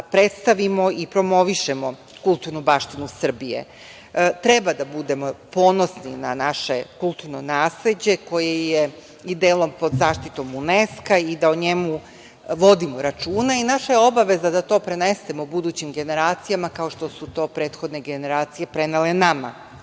da predstavimo i promovišemo kulturnu baštinu Srbije. Treba da budemo ponosni na naše kulturno nasleđe koje je i delom pod zaštitom UNESKA i da o njemu vodimo računa. Naša je obaveza da to prenesemo budućim generacijama kao što su to prethodne generacije prenele